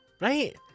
Right